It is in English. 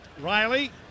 Riley